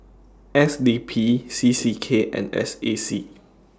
S D P C C K and S A C